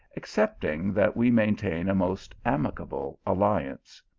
excepting that we main tain a most amicable alliance.